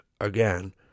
again